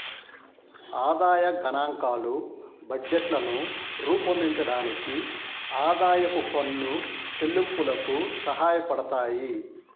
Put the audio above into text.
ఆదాయ గణాంకాలు బడ్జెట్లను రూపొందించడానికి, ఆదాయపు పన్ను చెల్లింపులకు సహాయపడతాయి